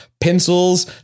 pencils